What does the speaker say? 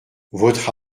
votre